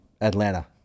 Atlanta